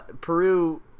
Peru